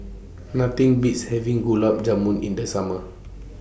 Nothing Beats having Gulab Jamun in The Summer